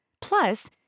Plus